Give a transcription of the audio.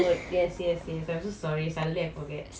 சட்டி soru soru is the best